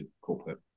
corporate